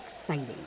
exciting